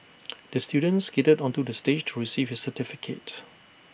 the student skated onto the stage to receive his certificate